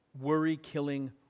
Worry-killing